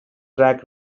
track